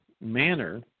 manner